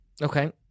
Okay